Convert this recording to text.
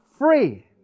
Free